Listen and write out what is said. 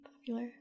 popular